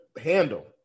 handle